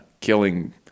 killing